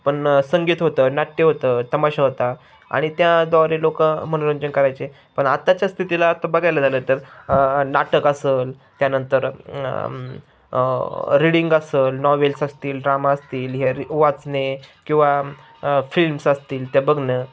पण संगीत होतं नाट्य होतं तमाशा होता आणि त्याद्वारे लोकं मनोरंजन करायचे पण आत्ताच्या स्थितीला तर बघायला झालं तर नाटक असंल त्यानंतर रिडिंग असंल नॉवेल्स असतील ड्रामा असतील हे र वाचणे किंवा फिल्म्स असतील ते बघणं